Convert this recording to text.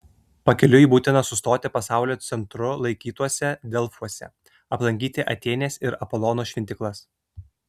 pakeliui būtina sustoti pasaulio centru laikytuose delfuose aplankyti atėnės ir apolono šventyklas